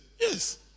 Yes